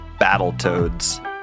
Battletoads